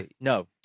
no